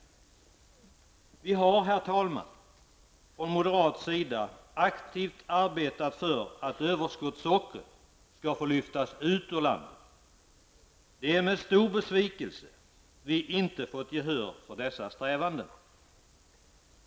Vi moderater har, herr talman, arbetat aktivt för att överskottssockret skall få lyftas ut ur landet. Det är med stor besvikelse vi noterar att vi inte har fått gehör för dessa strävanden.